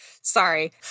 sorry